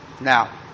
Now